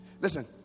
Listen